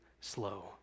slow